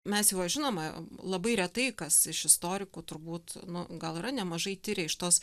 mes juos žinoma labai retai kas iš istorikų turbūt nu gal yra nemažai tiria iš tos